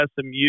SMU